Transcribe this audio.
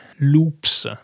loops